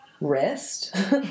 rest